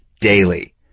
daily